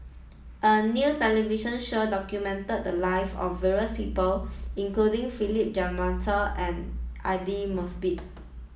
a new television show documented the live of various people including Philip Jeyaretnam and Aidli Mosbit